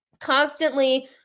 Constantly